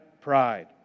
pride